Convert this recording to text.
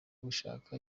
gushaka